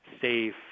safe